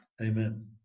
Amen